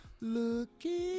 looking